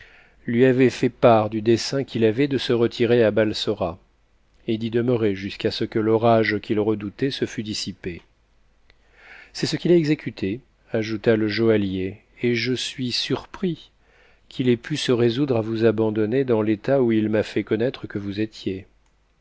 lui avait fait part du dessein qu'il avait de se retirer à balsora et d'y demeurer jusqu'à ce que l'orage qu'il redoutait se mt dissipé c'est ce qu'il a exécuté ajouta le joaillier et je suis surpris qu'il ait pu se résoudre à vous abandonner daus l'état où il m'a fait connaître que vous étiez